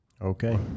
Okay